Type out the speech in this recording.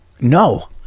no